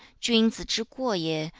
jun zi zhi guo ye,